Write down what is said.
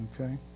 Okay